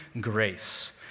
grace